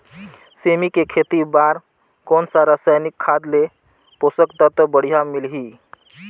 सेमी के खेती बार कोन सा रसायनिक खाद ले पोषक तत्व बढ़िया मिलही?